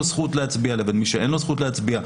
זכות להצביע לבין מי שאין לו זכות להצביע.